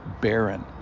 barren